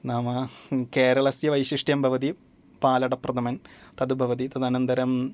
नाम केरलस्य वैशिष्ट्यं भवति पालड प्रथमन् तद्भवति तदनन्तरम्